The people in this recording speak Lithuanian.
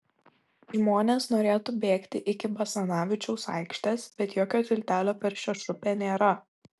žmonės norėtų bėgti iki basanavičiaus aikštės bet jokio tiltelio per šešupę nėra